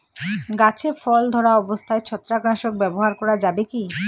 গাছে ফল ধরা অবস্থায় ছত্রাকনাশক ব্যবহার করা যাবে কী?